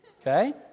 Okay